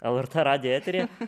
lrt radijo eteryje